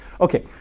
Okay